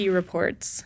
reports